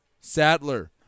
sadler